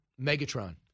Megatron